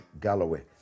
galloway